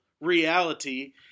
reality